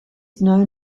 known